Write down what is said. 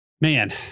Man